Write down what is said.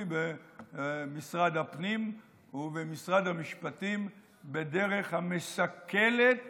במשרד הפנים ובמשרד המשפטים "בדרך שמסכלת